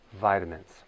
vitamins